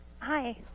Hi